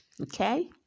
Okay